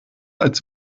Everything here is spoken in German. als